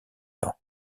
ans